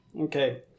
okay